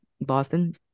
Boston